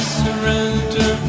surrender